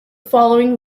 following